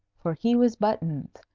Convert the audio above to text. for he was buttons,